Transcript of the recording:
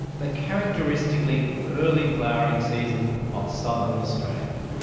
the characteristically early flowering season of southern australia.